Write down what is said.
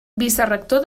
vicerector